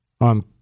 on